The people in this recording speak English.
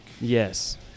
yes